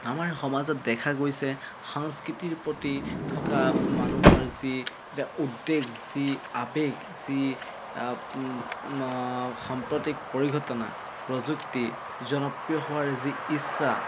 আমাৰ সমাজত দেখা গৈছে সাংস্কৃতিৰ প্ৰতি থকা মানুহৰ যি এটা উদ্বেগ যি আৱেগ যি সাম্প্ৰতিক পৰিঘটনা প্ৰযুক্তি জনপ্ৰিয় হোৱাৰ যি ইচ্ছা